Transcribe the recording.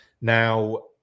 Now